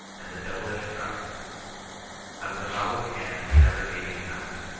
and the devilish drouth of the foul cannon's ever-gaping mouth